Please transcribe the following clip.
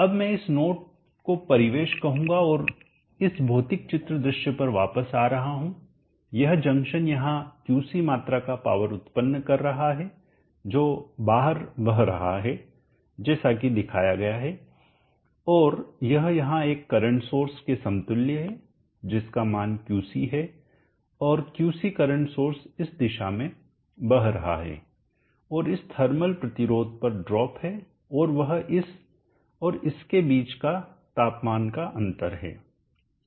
अब मैं इस नोड को परिवेश कहूंगा और इस भौतिक चित्र दृश्य पर वापस आ रहा हूं यह जंक्शन यहां क्यूसी मात्रा का पावर उत्पन्न कर रहा है जो बाहर बह रहा है जैसा कि दिखाया गया है और यह यहां एक करंट सोर्स के समतुल्य है जिसका मान क्यूसी है और क्यूसी करंट सोर्स इस दिशा में बह रहा है और इस थर्मल प्रतिरोध पर ड्रॉप है और वह इस और इसके बीच तापमान का अंतर है